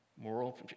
moral